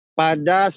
pada